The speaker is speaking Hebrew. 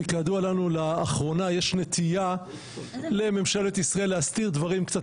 כי כידוע לנו לאחרונה יש נטייה לממשלת ישראל להסתיר דברים קצת